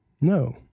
No